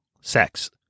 sex